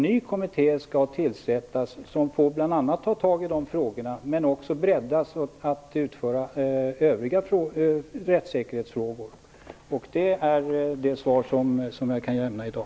Det skall tillsättas en ny kommitté, som bl.a. får ta ta itu med de frågorna, men dess uppdrag skall också breddas till att avse övriga rättssäkerhetsfrågor. Det är det svar som jag kan lämna i dag.